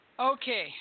Okay